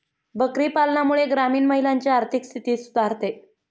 बकरी पालनामुळे ग्रामीण महिलांची आर्थिक स्थिती सुधारते